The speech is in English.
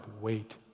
wait